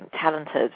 talented